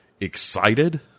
excited